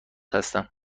هستم